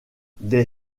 des